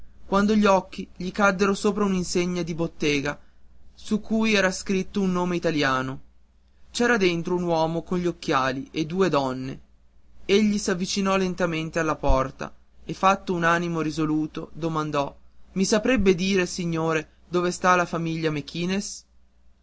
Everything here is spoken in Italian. quando gli caddero gli occhi sopra un insegna di bottega su cui era scritto un nome italiano c'era dentro un uomo con gli occhiali e due donne egli s'avvicinò lentamente alla porta e fatto un animo risoluto domandò i saprebbe dire signore dove sta la famiglia